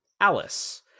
Alice